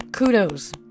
Kudos